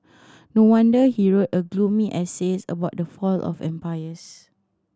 no wonder he wrote a gloomy essays about the fall of empires